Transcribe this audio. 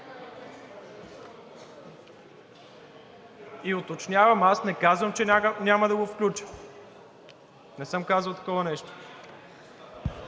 И уточнявам – аз не казвам, че няма да го включа. Не съм казал такова нещо!